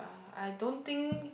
I don't think